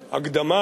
בהקדמה,